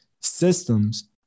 systems